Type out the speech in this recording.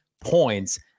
points